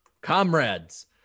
comrades